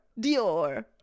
Dior